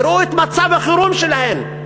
יראו את מצב החירום שלהם,